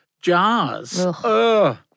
jars